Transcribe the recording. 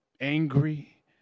angry